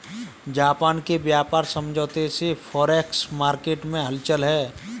Japan के व्यापार समझौते से फॉरेक्स मार्केट में हलचल है